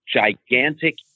gigantic